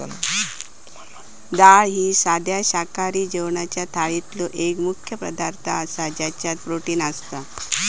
डाळ ही साध्या शाकाहारी जेवणाच्या थाळीतलो एक मुख्य पदार्थ आसा ज्याच्यात प्रोटीन असता